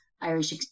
Irish